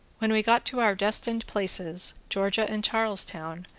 when we got to our destined places, georgia and charles town,